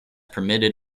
permitted